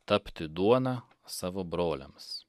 tapti duona savo broliams